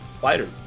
fighter